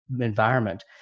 environment